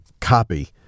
copy